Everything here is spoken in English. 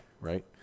right